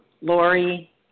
Lori